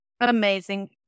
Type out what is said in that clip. Amazing